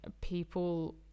people